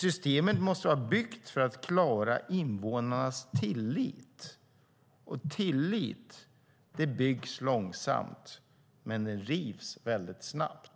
Systemet måste vara byggt för att få invånarnas tillit, och tillit byggs upp långsamt men rivs ned mycket snabbt.